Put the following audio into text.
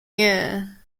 year